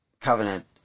covenant